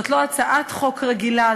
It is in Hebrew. זאת לא הצעת חוק רגילה,